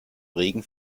regen